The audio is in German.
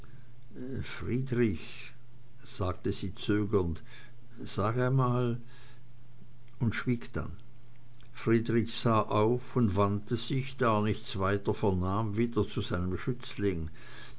friedrich sagte sie zögernd sag einmal und schwieg dann friedrich sah auf und wandte sich da er nichts weiter vernahm wieder zu seinem schützling